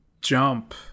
jump